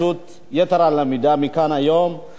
אני אנסה להסביר את ההיגיון שבדבר.